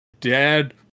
Dad